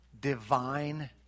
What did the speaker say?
Divine